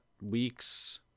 weeks